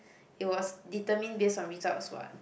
it was determined based on results what